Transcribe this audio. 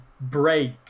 break